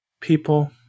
people